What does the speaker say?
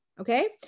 okay